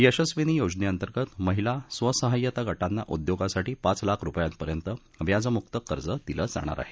यशस्विनी योजनेअंतर्गत महिला स्वसहाय्यता गटांना उद्योगासाठी पाच लाख रुपयांपर्यंत व्याजमुक्त कर्ज दिलं जाणार आहे